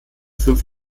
fünf